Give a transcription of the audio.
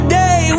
day